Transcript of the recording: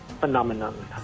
phenomenon